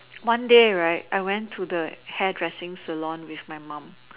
one day right I went to the hairdressing salon with my mom